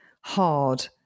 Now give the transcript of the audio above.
hard